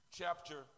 chapter